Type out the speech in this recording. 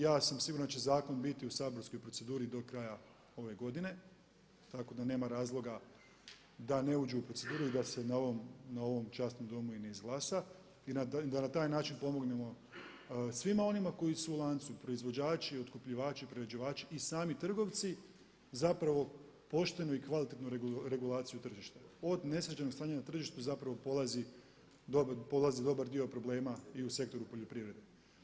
Ja sam siguran da će zakon biti u saborskoj proceduri do kraja ove godine, tako da nema razloga da ne uđe u proceduru i da se na ovom časnom Domu i ne izglasa i da na taj način pomognemo svima onima koji su u lancu, proizvođači, otkupljivači, prerađivači i sami trgovci zapravo poštenu i kvalitetnu regulaciju tržišta, od nesređenog stanja na tržištu zapravo polazi dobar dio problema i u sektoru poljoprivrede.